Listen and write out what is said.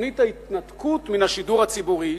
תוכנית ההתנתקות מן השידור הציבורי.